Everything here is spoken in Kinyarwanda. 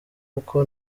koko